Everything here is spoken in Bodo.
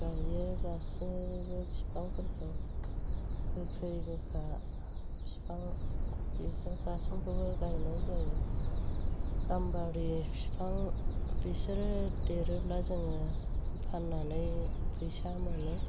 गायो गासैबो बिफांफोरखौ गोखै गोखा बिफां बेजों गासिनखौबो गायनाय जायो गाम्बारि बिफां बिसोरो देरोब्ला जोङो फाननानै फैसा मोनो